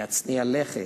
להצניע לכת.